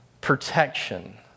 protection